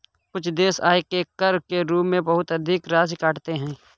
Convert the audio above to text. कुछ देश आय से कर के रूप में बहुत अधिक राशि काटते हैं